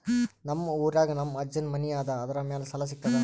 ನಮ್ ಊರಾಗ ನಮ್ ಅಜ್ಜನ್ ಮನಿ ಅದ, ಅದರ ಮ್ಯಾಲ ಸಾಲಾ ಸಿಗ್ತದ?